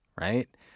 right